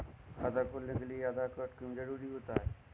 खाता खोलने के लिए आधार कार्ड क्यो जरूरी होता है?